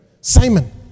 simon